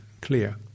clear